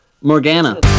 Morgana